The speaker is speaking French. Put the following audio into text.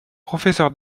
professeur